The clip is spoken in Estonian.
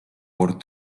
kord